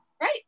Right